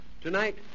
Tonight